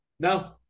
No